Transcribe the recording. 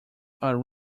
are